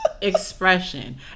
Expression